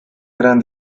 gran